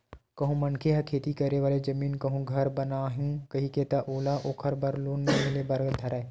कहूँ मनखे ह खेती करे वाले जमीन म कहूँ घर बनाहूँ कइही ता ओला ओखर बर लोन नइ मिले बर धरय